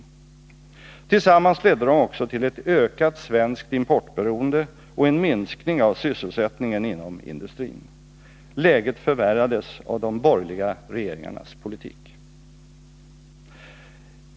Tillsammans ledde de också till ett ökat svenskt importberoende och en minskning av sysselsättningen inom industrin. Läget förvärrades av de borgerliga regeringarnas politik.